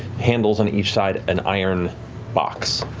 handles on each side an iron box.